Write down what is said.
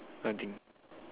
nothing